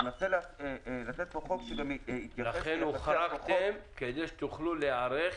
תנסי לתת בחוק שגם יתייחס --- ולכן הוחרגתם כדי שתוכלו להיערך.